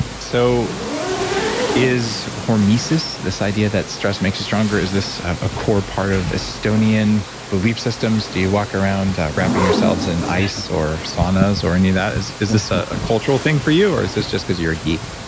so is hormesis, this idea that stress makes you stronger, is this a core part of estonian belief systems? do you walk around wrapping yourselves in ice or saunas or any of that? is is this a cultural thing for you or is this just because you're a geek?